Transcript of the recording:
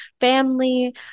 family